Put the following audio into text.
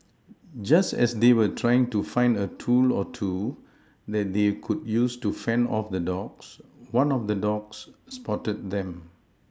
just as they were trying to find a tool or two that they could use to fend off the dogs one of the dogs spotted them